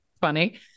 funny